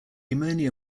ammonia